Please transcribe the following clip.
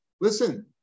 Listen